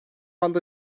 anda